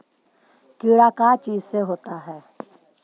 कीड़ा का चीज से होता है?